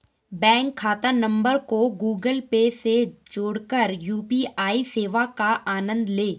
bank खाता number को Google Pay से जोड़कर यू.पी.आई सेवा का आनंद लें